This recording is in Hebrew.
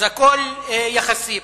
אז הכול יחסי.